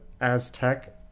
Aztec